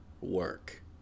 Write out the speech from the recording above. work